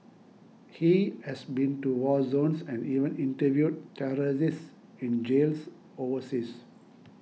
he has been to war zones and even interviewed terrorists in jails overseas